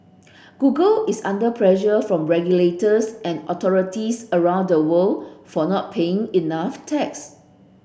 Google is under pressure from regulators and authorities around the world for not paying enough tax